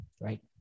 right